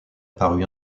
paru